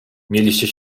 mieliście